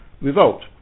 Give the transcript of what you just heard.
revolt